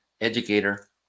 educator